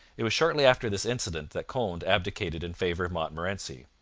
it was shortly after this incident that conde abdicated in favour of montmorency.